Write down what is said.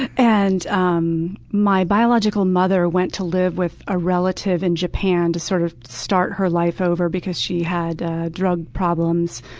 and um my biological mother went to live with a relative in japan to sort of start her life over, because she had drug problems.